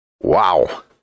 Wow